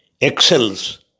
excels